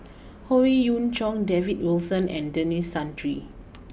Howe Yoon Chong David Wilson and Denis Santry